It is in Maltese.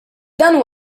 dan